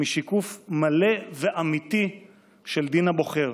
משיקוף מלא ואמיתי של דין הבוחר.